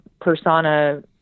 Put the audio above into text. persona